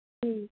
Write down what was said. ಹ್ಞೂ